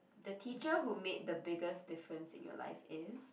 the teacher who made the biggest difference in your life is